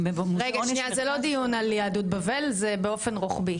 שנייה, זה לא דיון על יהדות בבל, זה באופן רוחבי.